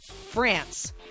France